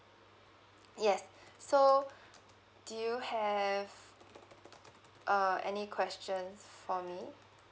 yes so do you have uh any questions for me